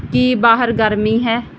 ਕੀ ਬਾਹਰ ਗਰਮੀ ਹੈ